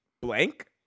blank